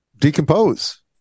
decompose